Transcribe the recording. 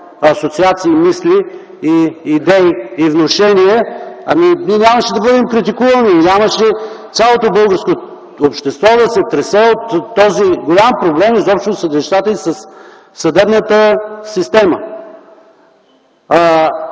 асоциации, мисли, идеи и внушения, ние нямаше да бъдем критикувани и нямаше цялото българско общество да се тресе от този голям проблем изобщо със съдилищата и съдебната система.